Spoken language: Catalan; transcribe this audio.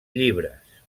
llibres